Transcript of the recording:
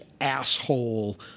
asshole